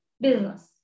business